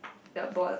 the ball